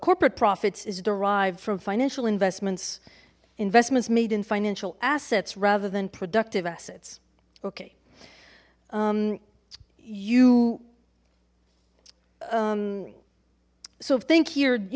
corporate profits is derived from financial investments investments made in financial assets rather than productive assets okay you so think here you